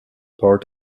part